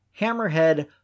Hammerhead